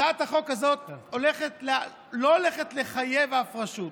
הצעת החוק הזאת לא הולכת לחייב אף רשות,